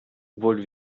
wohl